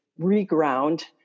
reground